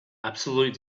absolutely